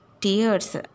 tears